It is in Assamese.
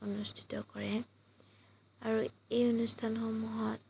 অনুষ্ঠিত কৰে আৰু এই অনুষ্ঠানসমূহত